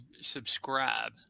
subscribe